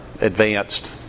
advanced